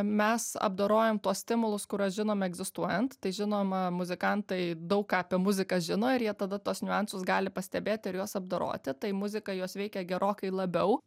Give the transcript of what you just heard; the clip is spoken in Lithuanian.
mes apdorojam tuos stimulus kuriuos žinom egzistuojant tai žinoma muzikantai daug ką apie muziką žino ir jie tada tuos niuansus gali pastebėti ir juos apdoroti tai muzika juos veikia gerokai labiau